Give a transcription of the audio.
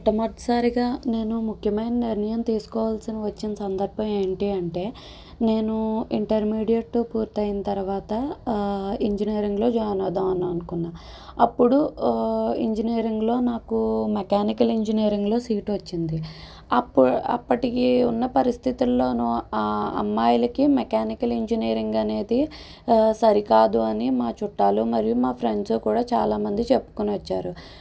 మొట్టమొదటిసారిగా నేను ముఖ్యమైన నిర్ణయం తీసుకోవాల్సి వచ్చిన సందర్భం ఏంటి అంటే నేను ఇంటర్మీడియట్ పూర్తయిన తర్వాత ఇంజనీరింగ్లో జాయిన్ అవుదాం అని అనుకున్నాను అప్పుడు ఇంజనీరింగ్లో నాకు మెకానికల్ ఇంజనీరింగ్లో సీటు వచ్చింది అప్ప అప్పటికి ఉన్న పరిస్థితుల్లోనూ అమ్మాయిలకి మెకానికల్ ఇంజనీరింగ్ అనేది సరికాదు అని మా చుట్టాలు మరియు మా ఫ్రెండ్స్ కూడా చాలామంది చెప్పుకొని వచ్చారు